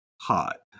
hot